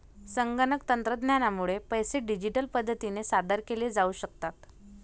संगणक तंत्रज्ञानामुळे पैसे डिजिटल पद्धतीने सादर केले जाऊ शकतात